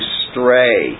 stray